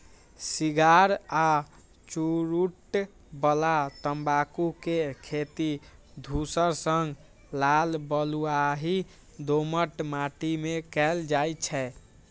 cigar आ चुरूट बला तंबाकू के खेती धूसर सं लाल बलुआही दोमट माटि मे कैल जाइ छै